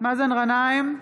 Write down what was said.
מאזן גנאים,